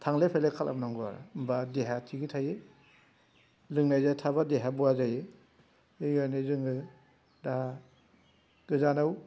थांलाय फैलाय खालामनांगौ आरो होमबा देहाया थिगै थायो लोंनाया थाबा देहाया खहा जायो बिखायनो जोङो दा गोजानाव